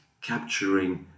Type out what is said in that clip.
capturing